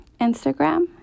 Instagram